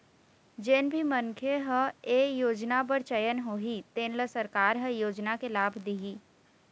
जेन भी मनखे ह ए योजना बर चयन होही तेन ल सरकार ह योजना के लाभ दिहि